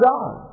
God